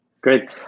Great